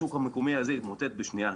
השוק המקומי הזה יתמוטט בשנייה,